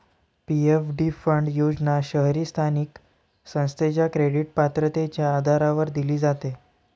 PFD fund योजना शहरी स्थानिक संस्थेच्या क्रेडिट पात्रतेच्या आधारावर दिली जाते